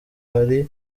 hari